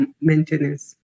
maintenance